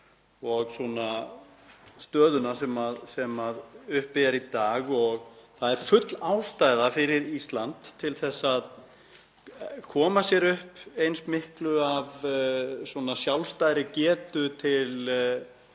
og stöðuna sem uppi er í dag. Það er full ástæða fyrir Ísland til að koma sér upp eins miklu af sjálfstæðri getu til